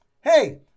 Hey